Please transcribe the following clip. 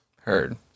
Heard